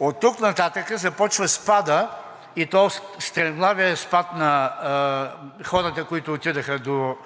Оттук нататък започва спадът, и то стремглавият спад на хората, които отидоха до